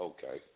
Okay